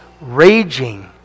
raging